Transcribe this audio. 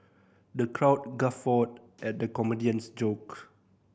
the crowd guffawed at the comedian's joke